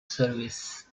service